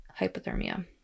hypothermia